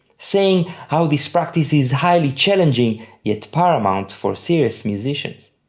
saying how this practice is highly challenging yet paramount for serious musicians.